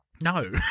No